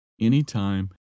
anytime